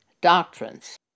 doctrines